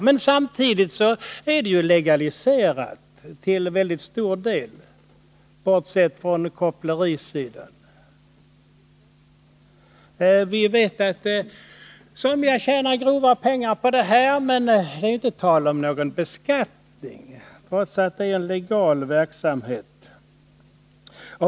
Men samtidigt är ju prostitutionen legaliserad till väldigt stor del — bortsett från kopplerisidan. Vi vet att somliga individer tjänar grova pengar på den verksamheten, men det är ändå inte fråga om någon beskattning, trots att det är en legal verksamhet.